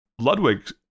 Ludwig